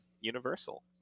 universal